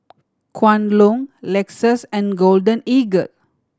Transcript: Kwan Loong Lexus and Golden Eagle